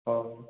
ହଉ